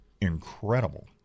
incredible